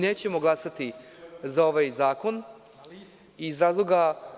Nećemo glasati za ovaj zakon iz razloga.